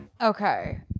okay